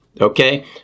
Okay